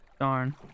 Darn